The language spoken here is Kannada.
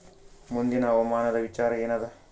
ಮುಂದಿನ ಹವಾಮಾನದ ವಿಚಾರ ಏನದ?